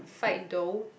fight though